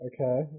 Okay